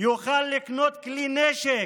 יוכל לקנות כלי נשק.